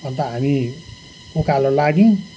अन्त हामी उकालो लाग्यौँ